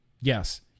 Yes